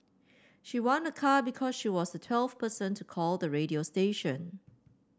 she won a car because she was the twelfth person to call the radio station